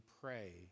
pray